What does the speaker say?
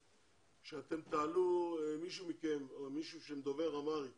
שאתם תעלו מישהו מכם או מישהו שדובר אמהרית